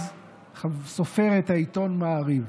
אז סופרת העיתון מעריב.